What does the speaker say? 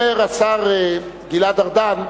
אומר השר גלעד ארדן: